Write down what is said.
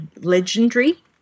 legendary